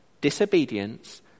Disobedience